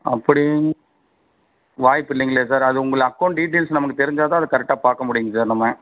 அப்படி வாய்ப்பு இல்லைங்களே சார் அது உங்கள் அக்கௌண்ட் டீட்டெயில்ஸ் நமக்கு தெரிஞ்சால் தான் அது கரெக்டாக பார்க்க முடியுங்க சார் நம்ம